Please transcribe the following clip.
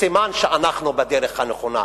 סימן שאנחנו בדרך הנכונה.